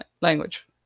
Language